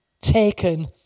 taken